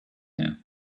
know